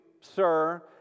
sir